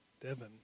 Devin